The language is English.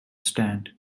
stand